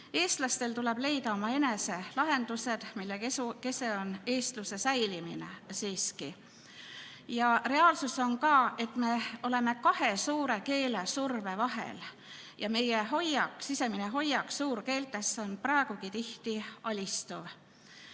Eestlastel tuleb leida omaenese lahendused, mille kese on eestluse säilimine. Ja reaalsus on ka, et me oleme kahe suure keele surve vahel ja meie hoiak, sisemine hoiak suurkeelte suhtes on praegugi tihti alistuv.